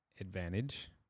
advantage